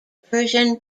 persian